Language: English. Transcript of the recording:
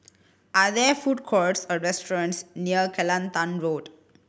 are there food courts or restaurants near Kelantan Road